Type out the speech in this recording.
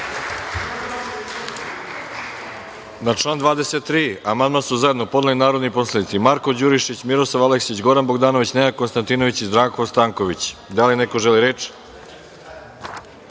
Na član 23. amandman su zajedno podneli narodni poslanici Marko Đurišić, Miroslav Aleksić, Goran Bogdanović, Nenada Konstantinović i Zdravko Stanković. Da li neko želi reč?